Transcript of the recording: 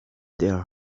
their